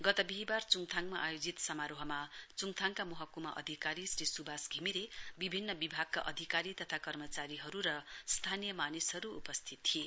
गत बिहीबार चुढथाङमा आयोगजित समारोहमा चुङथाङका महकुमा अधिकारी श्री सुवास घिमिरे विभिन्न विभागका अधिकारी तथा कर्मचारीहरू र स्थानीय मानिसहरू उपस्थित थिए